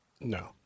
No